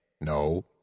No